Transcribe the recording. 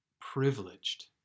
privileged